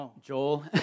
Joel